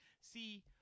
see